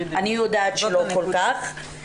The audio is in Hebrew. אני יודעת שלא כל כך.